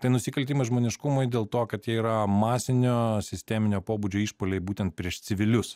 tai nusikaltimas žmoniškumui dėl to kad jie yra masinio sisteminio pobūdžio išpuoliai būtent prieš civilius